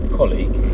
colleague